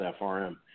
FRM